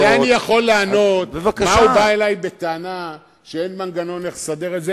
אבל על זה אני יכול לענות: מה הוא בא אלי בטענה שאין מנגנון לסדר את זה?